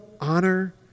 honor